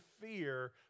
fear